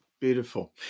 Beautiful